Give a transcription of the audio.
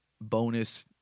bonus